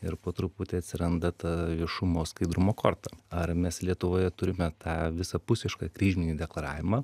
ir po truputį atsiranda ta viešumo skaidrumo korta ar mes lietuvoje turime tą visapusišką kryžminį deklaravimą